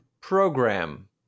program